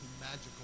magical